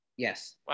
yes